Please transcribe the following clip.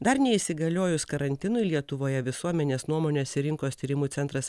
dar neįsigaliojus karantinui lietuvoje visuomenės nuomonės ir rinkos tyrimų centras